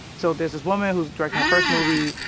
so there's this woman who's directing her first movie.